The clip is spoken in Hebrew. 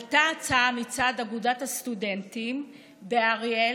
עלתה הצעה מצד אגודת הסטודנטים באריאל